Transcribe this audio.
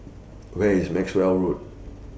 Where IS Maxwell Road